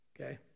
okay